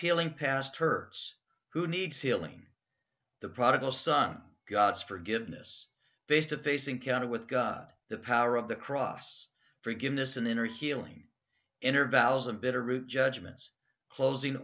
healing past hurts who needs healing the prodigal son god's forgiveness face to face encounter with god the power of the cross forgiveness an inner healing in are values and bitterroot judgments closing